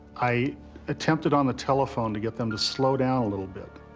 i attempted on the telephone to get them to slow down a little bit.